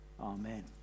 amen